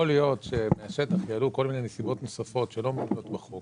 יכול להיות שמהשטח יעלו כל מיני נסיבות נוספות שלא מצויות בחוק